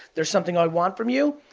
there's something i want from you.